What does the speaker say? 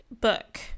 book